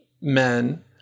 men